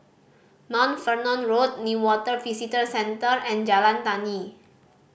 Mount Fernon Road Newater Visitor Centre and Jalan Tani